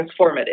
transformative